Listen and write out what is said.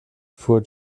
fuhr